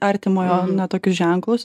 artimojo na tokius ženklus